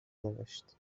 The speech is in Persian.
نوشت